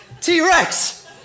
T-Rex